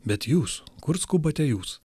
bet jūs kur skubate jūs